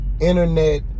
internet